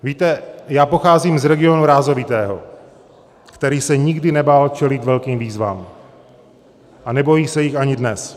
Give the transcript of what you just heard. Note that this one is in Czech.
Víte, já pocházím z regionu rázovitého, který se nikdy nebál čelit velkým výzvám a nebojí se jich ani dnes.